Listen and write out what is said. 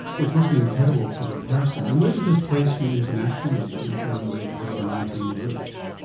which must be incredible for the person. and where does this place you internationally in terms of the other nineteen groups?